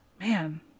Man